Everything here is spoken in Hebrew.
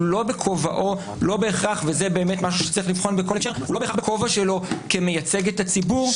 לא בהכרח בכובע שלו כמייצג את הציבור,